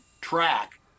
track